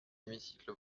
l’hémicycle